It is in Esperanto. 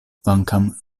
kvankam